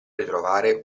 ritrovare